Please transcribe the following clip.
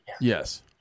Yes